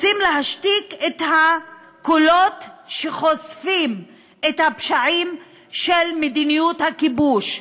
רוצים להשתיק את הקולות שחושפים את הפשעים של מדיניות הכיבוש,